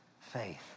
Faith